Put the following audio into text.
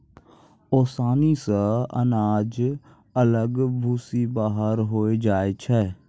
ओसानी से अनाज अलग भूसी बाहर होय जाय छै